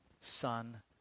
Son